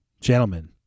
gentlemen